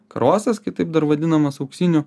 karosas kitaip dar vadinamas auksiniu